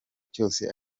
cyose